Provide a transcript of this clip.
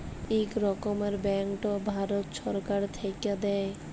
ইক রকমের ব্যাংকট ভারত ছরকার থ্যাইকে দেয়